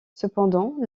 cependant